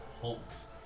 hulks